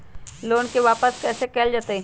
Loan के वापस कैसे कैल जतय?